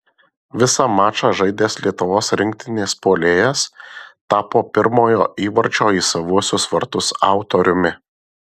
visą mačą žaidęs lietuvos rinktinės puolėjas tapo pirmojo įvarčio į savuosius vartus autoriumi